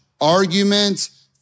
arguments